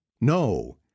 No